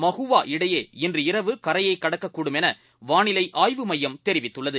மஹுவாஇடையேஇன்றுஇரவுகரையைக்கடக்கக்கூடும்எனவானிலைஆய்வு மையம்தெரிவித்துள்ளது